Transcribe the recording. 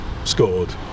scored